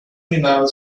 final